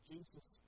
Jesus